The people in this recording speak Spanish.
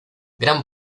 gran